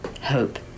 hope